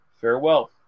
farewell